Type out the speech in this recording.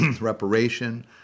Reparation